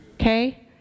Okay